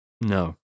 No